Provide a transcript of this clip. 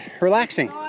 relaxing